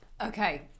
Okay